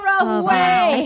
away